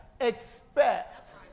Expect